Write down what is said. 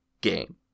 game